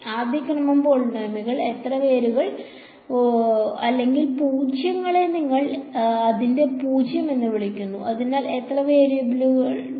ആദ്യ ക്രമം പോളിനോമിയൽ എത്ര വേരുകൾ അല്ലെങ്കിൽ പൂജ്യങ്ങളെ നിങ്ങൾ അതിനെ പൂജ്യം എന്ന് വിളിക്കുന്നു അതിന് എത്ര വേരുകൾ ഉണ്ട്